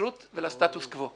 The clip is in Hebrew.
לנצרות ולסטטוס קוו.